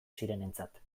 zirenentzat